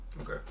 Okay